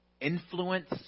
influence